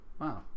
Wow